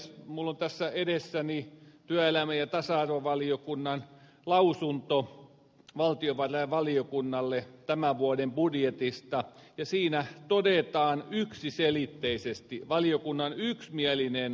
minulla on tässä edessäni myöskin työelämä ja tasa arvovaliokunnan lausunto valtiovarainvaliokunnalle tämän vuoden budjetista ja siinä todetaan yksiselitteisesti valiokunnan yksimielinen kannanotto